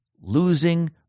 losing